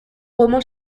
roman